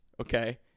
okay